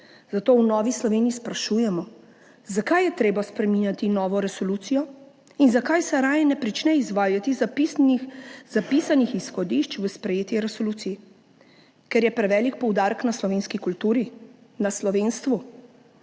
Zato v Novi Sloveniji sprašujemo, zakaj je treba spreminjati novo resolucijo in zakaj se raje ne prične izvajati zapisanih izhodišč v sprejeti resoluciji. Ker je prevelik poudarek na slovenski kulturi, na slovenstvu?